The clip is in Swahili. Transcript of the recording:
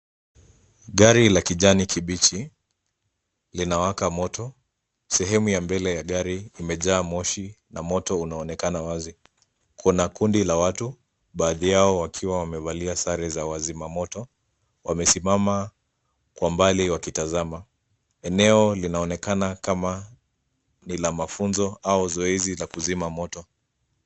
Gari la kijani kibichi linawaka moto. Sehemu ya mbele ya gari imejaa moshi na moto unaonekana wazi. Kuna kundi la watu baadhi yao wakiwa wamevalia sare za wazima moto, wamesimama kwa mbali wakitazama. Eneo linaonekana kama ni la mafunzo au zoezi la kuzima moto.